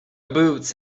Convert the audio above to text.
boots